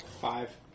Five